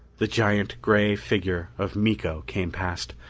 the giant gray figure of miko came past,